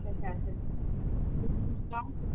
पचास हज़ार कुछ डिस्काउंट करके